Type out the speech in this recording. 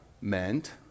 meant